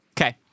Okay